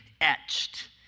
etched